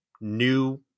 new